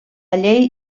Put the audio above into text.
llei